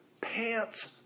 pants